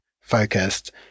focused